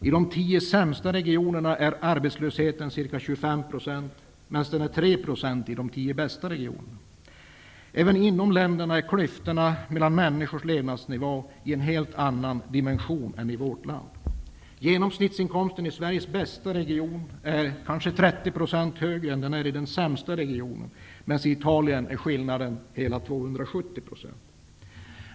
I de tio sämsta regionerna är arbetslösheten ca 25 %, medan den är ca 3 % i de tio bästa regionerna. Även inom länderna är klyftorna mellan människors olika levnadsnivåer av en helt annan dimension än i vårt land. Genomsnittsinkomsten i Sveriges bästa region är kanske 30 % högre än i den sämsta regionen, medan i t.ex. Italien är skillnaden ca 270 %.